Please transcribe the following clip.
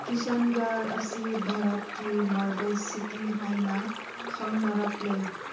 ꯀꯤꯁꯪꯒꯔ ꯑꯁꯤ ꯚꯥꯔꯠꯀꯤ marble city ꯍꯥꯏꯅ ꯈꯪꯅꯔꯛꯂꯤ